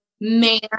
man